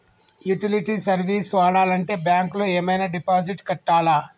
Utility service వాడాలంటే bank లో ఏమైనా డిపాజిట్ కట్టాలా?